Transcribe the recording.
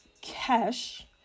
cash